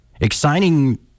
exciting